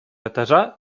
этажа